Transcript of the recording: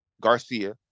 Garcia